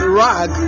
rag